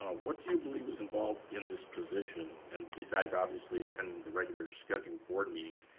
ah what do you believe is involved in this position? and besides obviously attending the regular scheduled board meetings,